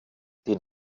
den